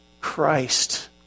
Christ